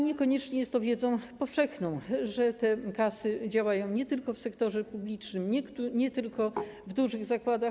Niekoniecznie jest to wiedza powszechna, że te kasy działają nie tylko w sektorze publicznym, nie tylko w dużych zakładach.